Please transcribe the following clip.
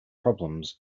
problems